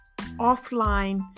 offline